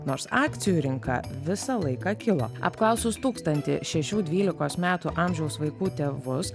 nors akcijų rinka visą laiką kilo apklausus tūkstantį šešių dvylikos metų amžiaus vaikų tėvus